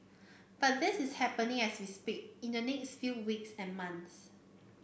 but this is happening as we speak in the next few weeks and months